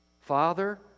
Father